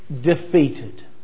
defeated